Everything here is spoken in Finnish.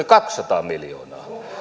kaksisataa miljoonaa